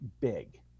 big